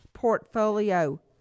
portfolio